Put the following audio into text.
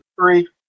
Three